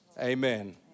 Amen